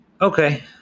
Okay